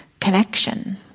connection